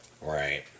Right